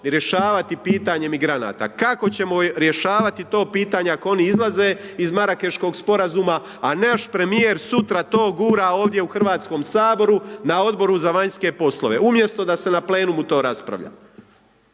rješavati pitanje migranata. Kako ćemo rješavati to pitanje ako oni izlaze iz Marakeškog Sporazuma, a naš premijer sutra to gura ovdje u HS-u na Odboru za vanjske poslove, umjesto da se na Plenumu to raspravlja.